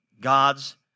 God's